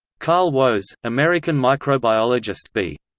carl woese, american microbiologist b.